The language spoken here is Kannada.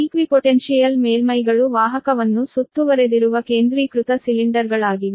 ಈಕ್ವಿಪೊಟೆನ್ಷಿಯಲ್ ಮೇಲ್ಮೈಗಳು ವಾಹಕವನ್ನು ಸುತ್ತುವರೆದಿರುವ ಕೇಂದ್ರೀಕೃತ ಸಿಲಿಂಡರ್ಗಳಾಗಿವೆ